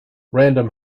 random